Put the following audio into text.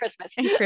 Christmas